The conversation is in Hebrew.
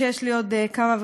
יש לי עוד כמה וכמה.